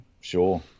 sure